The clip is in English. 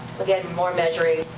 again, more measuring.